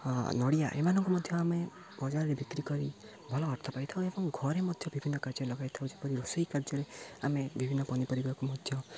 ନଡ଼ିଆ ଏମାନଙ୍କୁ ମଧ୍ୟ ଆମେ ବଜାରରେ ବିକ୍ରି କରି ଭଲ ଅର୍ଥ ପାଇଥାଉ ଏବଂ ଘରେ ମଧ୍ୟ ବିଭିନ୍ନ କାର୍ଯ୍ୟ ଲଗାଇଥାଉ ଯେପରି ରୋଷେଇ କାର୍ଯ୍ୟରେ ଆମେ ବିଭିନ୍ନ ପନିପରିବାକୁ ମଧ୍ୟ